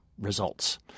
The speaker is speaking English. results